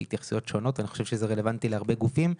התייחסויות שונות ואני חושב שזה רלוונטי להרבה גופים,